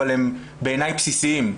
אבל הם בעיניי בסיסיים.